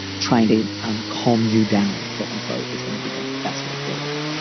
trying to calm you down, quote unquote, is going to be the best way forward,